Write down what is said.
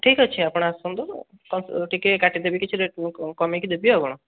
ଠିକ୍ ଅଛି ଆପଣ ଆସନ୍ତୁ ଟିକିଏ କାଟି ଦେବି କିଛି ରେଟ୍ କମେଇକି ଦେବି ଆଉ କ'ଣ